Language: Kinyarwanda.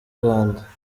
rwanda